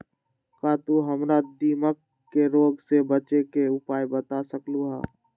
का तू हमरा दीमक के रोग से बचे के उपाय बता सकलु ह?